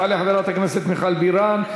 תעלה חברת הכנסת מיכל בירן.